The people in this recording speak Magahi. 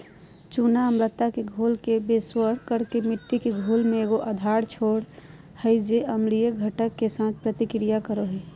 चूना अम्लता के घोल के बेअसर कर के मिट्टी के घोल में एगो आधार छोड़ हइ जे अम्लीय घटक, के साथ प्रतिक्रिया करो हइ